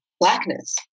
blackness